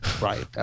Right